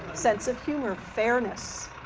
ah sense of humor, fairness,